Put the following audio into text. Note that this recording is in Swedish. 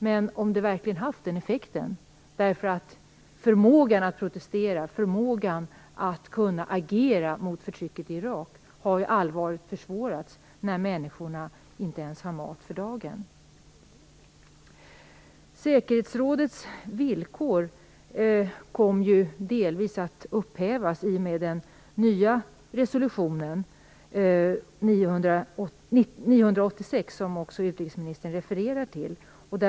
Har det verkligen haft den effekten? Förmågan att protestera och agera mot förtrycket i Irak har allvarligt försvårats när människorna inte ens har mat för dagen. Säkerhetsrådets villkor kom delvis att upphävas i och med den nya resolutionen 986, som utrikesministern refererade till.